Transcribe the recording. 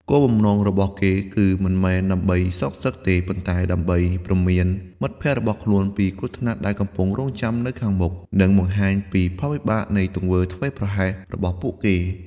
គោលបំណងរបស់គេគឺមិនមែនដើម្បីសងសឹកទេ ប៉ុន្តែដើម្បី ព្រមានមិត្តភ័ក្តិរបស់ខ្លួន ពីគ្រោះថ្នាក់ដែលកំពុងរង់ចាំនៅខាងមុខ និងបង្ហាញពីផលវិបាកនៃទង្វើធ្វេសប្រហែសរបស់ពួកគេ។